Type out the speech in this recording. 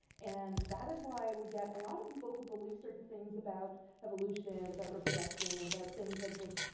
and that is why we get a lot of people who believe certain things about evolution, about reproduction and about things that just